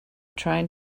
trying